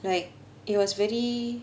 like it was very